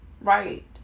Right